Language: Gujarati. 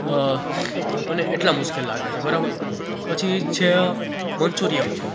મને એટલે મુશ્કેલ લાગે છે બરાબર પછી છે મંચૂરિયમ છે